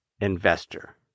investor